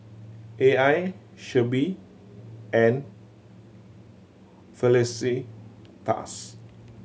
A I Shelby and Felicitas